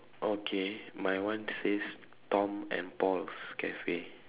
okay my one says Tom and Paul's Cafe